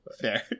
fair